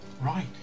Right